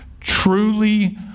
Truly